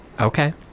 Okay